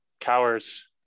Cowards